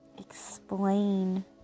explain